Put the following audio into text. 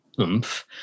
oomph